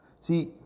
See